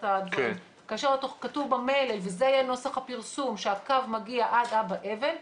כאשר כתוב במלל וזה יהיה נוסח הפרסום שהקו מגיע עד אבא אבן,